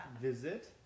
Visit